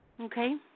Okay